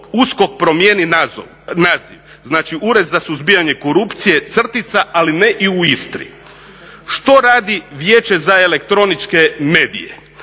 USKOK promijeni naziv, znači Ured za suzbijanje korupcije crtica ali ne i u Istri. Što radi Vijeće za elektroničke medije?